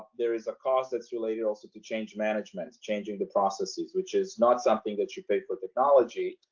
there is a cost that's related also to change management is changing the processes which is not something that you pay for technology,